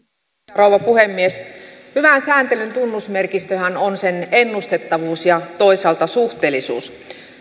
rouva puhemies hyvän sääntelyn tunnusmerkistöhän on sen ennustettavuus ja toisaalta suhteellisuus